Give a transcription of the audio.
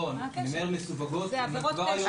לא, אני אומר מה מסווגות עבירות פשע.